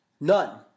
None